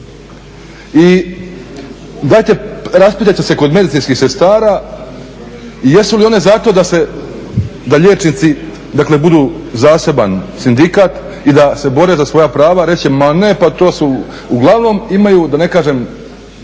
I dajte raspitajte se kod medicinskih sestara jesu li one za to da liječnici budu zaseban sindikat i da se bore za svoja prava, reći će ma ne to su, uglavnom imaju da ne kažem